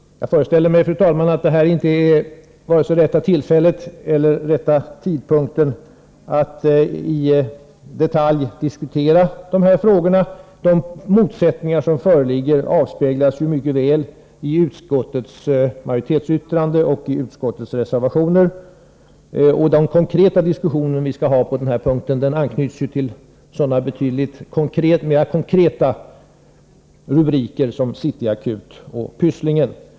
Jag föreställer mig, fru talman, att detta inte är rätta tillfället att i detalj diskutera dessa frågor. De motsättningar som föreligger avspeglas ju mycket väl i utskottets majoritetsyttrande och i reservationerna. Den diskussion vi skall ha på den här punkten anknyter till sådana betydligt mer konkreta rubriker som City Akuten och Pysslingen.